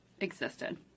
existed